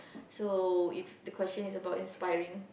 so if the question is about inspiring